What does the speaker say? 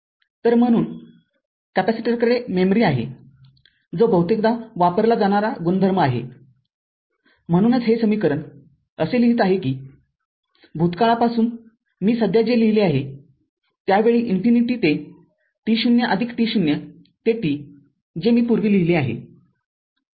तर म्हणून कॅपेसिटरकडे मेमरी आहे जो बहुतेकदा वापरला जाणारा गुणधर्म आहे म्हणूनच हे समीकरण असे लिहित आहेत की भूतकाळापासून मी सध्या जे लिहिले आहे त्या वेळी इन्फिनिटी ते t0 t0 ते t जे मी पूर्वी लिहिले आहे